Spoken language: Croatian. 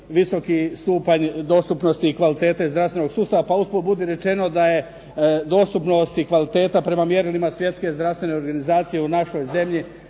visoki stupanj dostupnosti i kvalitete zdravstvenog sustava, pa usput budi rečeno da je dostupnost i kvaliteta prema mjerilima Svjetske zdravstvene organizacije u našoj zemlji